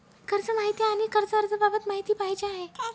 कर्ज माहिती आणि कर्ज अर्ज बाबत माहिती पाहिजे आहे